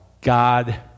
God